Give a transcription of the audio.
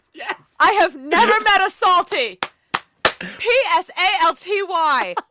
yes i have never met a psalty p s a l t y.